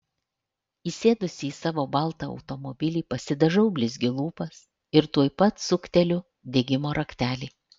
įsėdusi į savo baltą automobilį pasidažau blizgiu lūpas ir tuoj pat sukteliu degimo raktelį